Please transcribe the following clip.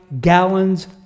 gallons